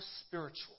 spiritual